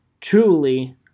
truly